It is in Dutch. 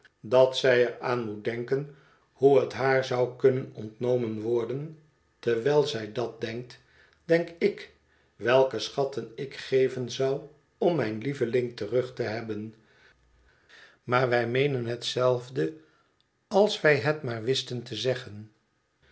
dat zij er aan moet denken hoe het haar zou het verlaten huis kunnen ontnomen worden terwijl zij dat denkt denk i k welke schatten ik geven zou om mijn lieveling terug te hebben maar wij meenen hetzelfde als wij het maar wisten te zeggen